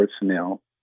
personnel